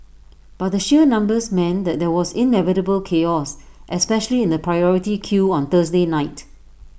but the sheer numbers meant that there was inevitable chaos especially in the priority queue on Thursday night